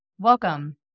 Welcome